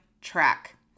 track